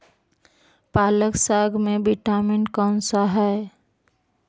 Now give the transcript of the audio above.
पालक साग में विटामिन कौन सा है?